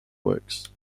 works